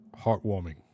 heartwarming